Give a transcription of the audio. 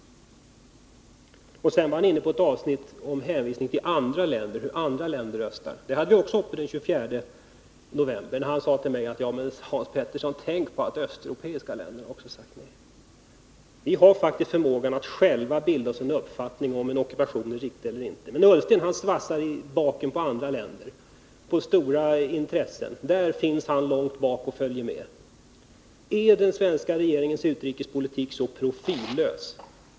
; Ola Ullsten hänvisade till hur andra länder röstar. Också det hade vi uppe den 24 november. Ola Ullsten sade då till mig: Men, Hans Petersson, tänk på att östeuropeiska länder intagit samma ståndpunkt som vi! Vi har faktiskt förmåga att själva bilda oss en uppfattning i frågan om huruvida en ockupation är riktig eller inte. Men Ola Ullsten svassar i baken på andra länder och stora intressen. Där finns han långt bak i kön. Är den svenska regeringens utrikespolitik så profillös?